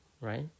right